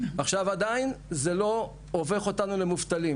עדיין זה לא הופך אותנו למובטלים,